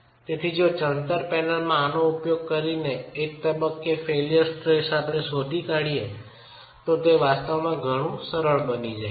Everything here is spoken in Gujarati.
તેથી જો ચણતર પેનલમાં આનો ઉપયોગ કરીને એક તબક્કે ફેઇલ્યર સ્ટ્રેસનો અંદાજ લગાવીએ તો તે વાસ્તવમાં ઘણું સરળ બની જાય છે